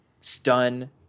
stun